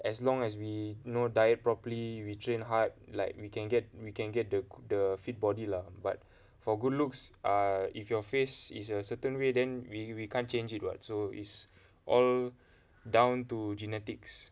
as long as we know diet properly we train hard like we can get we can get the the fit body lah but for good looks err if your face is a certain way then we we can't change it [what] so it's all down to genetics